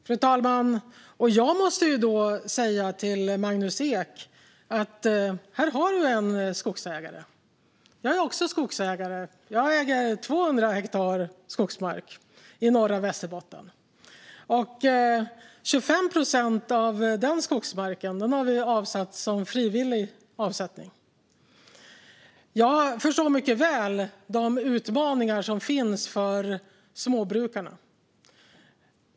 Fru talman! Jag måste då säga till Magnus Ek: Här har du en skogsägare. Jag är också skogsägare. Jag äger 200 hektar skogsmark i norra Västerbotten. 25 procent av den har vi avsatt som frivillig avsättning. Jag förstår mycket väl de utmaningar som finns för småbrukarna.